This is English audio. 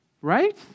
Right